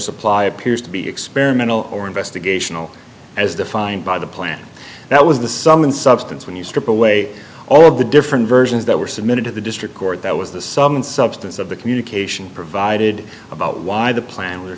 supply appears to be experimental or investigational as defined by the plan that was the sum and substance when you strip away all of the different versions that were submitted to the district court that was the sum and substance of the communication provided about why the plan